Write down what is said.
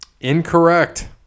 Incorrect